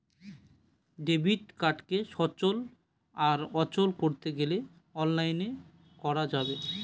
debit কার্ডকে সচল আর অচল করতে গেলে অনলাইনে করা যাবে